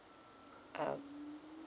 um